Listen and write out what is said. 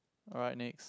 alright next